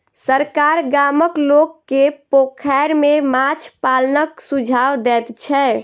सरकार गामक लोक के पोखैर में माछ पालनक सुझाव दैत छै